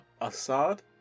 Assad